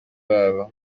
babo